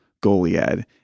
Goliad